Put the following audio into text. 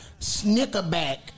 snickerback